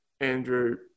Andrew